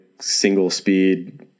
single-speed